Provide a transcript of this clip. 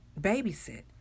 babysit